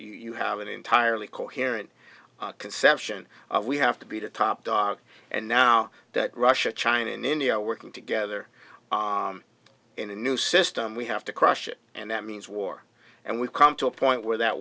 obama you have an entirely coherent conception we have to be the top dog and now that russia china and india are working together in a new system we have to crush it and that means war and we've come to a point where that